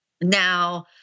Now